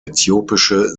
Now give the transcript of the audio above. äthiopische